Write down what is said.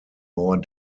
more